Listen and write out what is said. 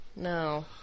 No